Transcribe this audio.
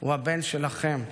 הוא הבן שלכם".